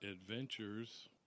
Adventures